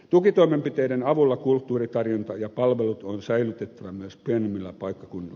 tukitoimenpiteiden avulla kulttuuritarjonta ja palvelut on säilytettävä myös pienemmillä paikkakunnilla